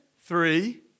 Three